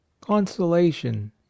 consolation